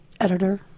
editor